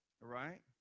right